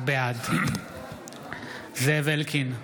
בעד זאב אלקין,